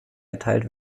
erteilt